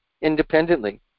independently